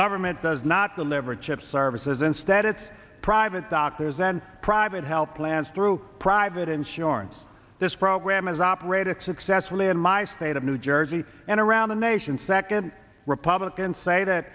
government does not deliver chips services instead it's private doctors and private health plans through private insurance this program is operated successfully in my state of new jersey and around the nation second republicans say that